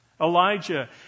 Elijah